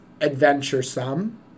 adventuresome